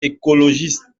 écologiste